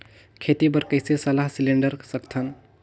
खेती बर कइसे सलाह सिलेंडर सकथन?